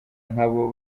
nk’abo